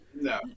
No